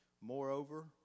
Moreover